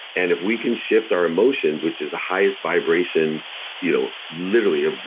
and if we can shift our emotions, which is the highest vibration you know literally, ah